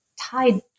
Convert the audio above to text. tied